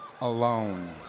alone